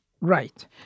Right